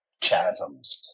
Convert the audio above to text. chasms